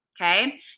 Okay